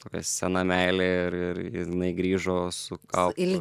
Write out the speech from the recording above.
tokia sena meilė ir ir jinai grįžo su kaupu